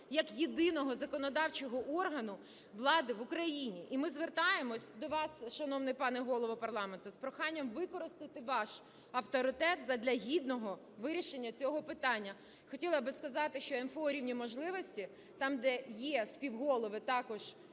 як єдиного законодавчого органу влади в Україні. І ми звертаємось до вас, шановний пане Голово парламенту, з проханням використати ваш авторитет задля гідного вирішення цього питання. Хотіла би сказати, МФО "Рівні можливості", там, де є співголови також